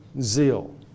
zeal